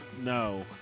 No